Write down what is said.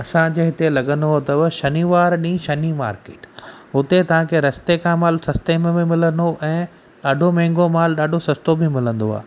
असांजे हिते लॻंदो अथव शनिवार ॾींहुं शनि मार्केट हुते तव्हांखे रस्ते खां माल सस्ते में बि मिलंदो ऐं ॾाढो महांगो माल ॾाढो सस्तो बि मिलंदो आहे